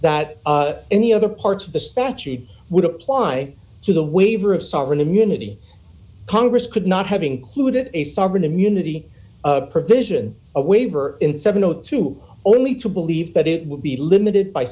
that any other parts of the statute would apply to the waiver of sovereign immunity congress could not have included a sovereign immunity provision a waiver in seven o two only to believe that it would be limited by